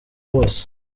hose